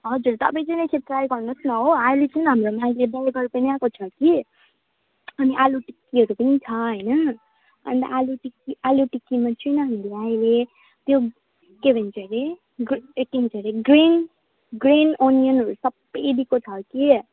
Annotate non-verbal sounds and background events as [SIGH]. हजुर तपाईँ चाहिँ नि एकखेप ट्राई गर्नुहोस् न हो अहिले चाहिँ हाम्रोमा अहिले बर्गर पनि आएको छ कि अनि आलु टिक्कीहरू पनि छ होइन अन्त आलु टिक्की आलु टिक्कीमा चाहिँ हामीले अहिले त्यो के भन्छ अरे ग्रे [UNINTELLIGIBLE] अरे ग्रेन ग्रेन अनियनहरू सबै दिएको छ कि